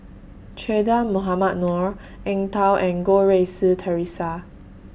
Che Dah Mohamed Noor Eng Tow and Goh Rui Si Theresa